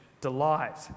delight